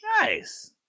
nice